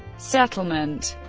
settlement